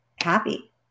happy